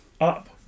up